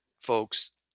folks